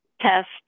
test